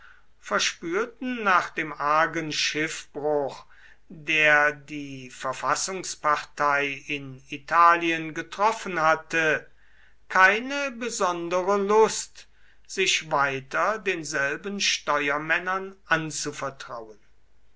verspürten nach dem argen schiffbruch der die verfassungspartei in italien betroffen hatte keine besondere lust sich weiter denselben steuermännern anzuvertrauen